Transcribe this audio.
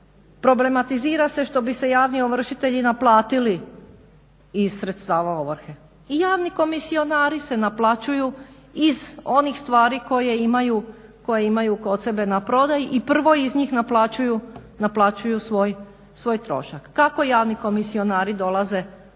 problematizira se što bi se javni ovršitelji naplatili iz sredstava ovrhe. I javni komisionari se naplaćuju iz onih stvari koje imaju kod sebe na prodaju i prvo iz njih naplaćuju svoj trošak. Kako javni komisionari dolaze do